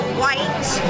white